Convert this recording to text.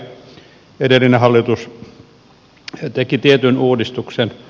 edellinen hallitus teki tietyn uudistuksen